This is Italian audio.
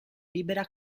libera